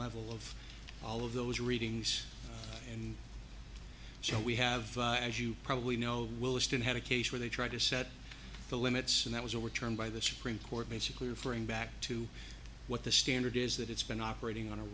level of all of those readings and so we have as you probably know williston had a case where they tried to set the limits and that was overturned by the supreme court basically referring back to what the standard is that it's been operating on a